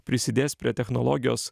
prisidės prie technologijos